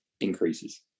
increases